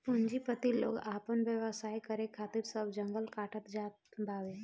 पूंजीपति लोग आपन व्यवसाय करे खातिर सब जंगल काटत जात बावे